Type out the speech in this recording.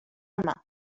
main